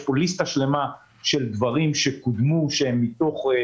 יש פה רשימה שלמה של דברים שקודמו והם